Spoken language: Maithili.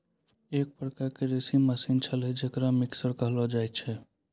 एक प्रकार क कृषि मसीने छिकै जेकरा मिक्सर कहलो जाय छै